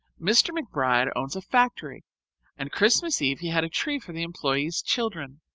mr. mcbride owns a factory and christmas eve he had a tree for the employees' children.